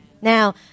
Now